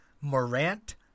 Morant